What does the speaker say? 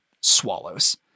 swallows